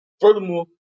Furthermore